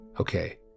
okay